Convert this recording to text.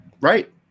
Right